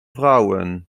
vrouwen